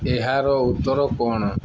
ଏହାର ଉତ୍ତର କ'ଣ